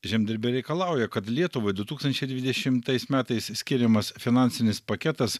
žemdirbiai reikalauja kad lietuvai du tūkstančiai dvidešimtais metais skiriamas finansinis paketas